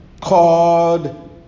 called